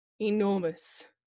enormous